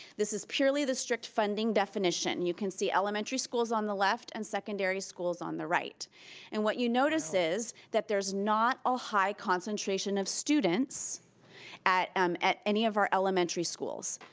this is purely the strict funding definition. you can see elementary schools on the left and secondary schools on the right and what you notice is that there's not a high concentration of students at um at any of our elementary schools.